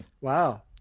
Wow